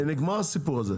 נגמר הסיפור הזה.